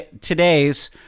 today's